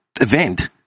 event